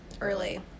early